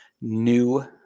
new